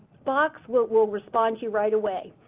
box. we'll we'll respond to you right away.